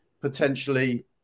potentially